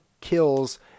kills